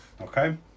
okay